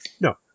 No